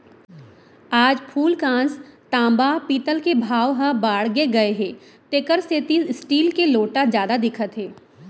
आज फूलकांस, तांबा, पीतल के भाव ह बाड़गे गए हे तेकर सेती स्टील के लोटा जादा दिखत हे